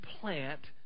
plant